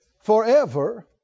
forever